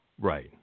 Right